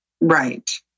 Right